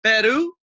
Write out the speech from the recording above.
Peru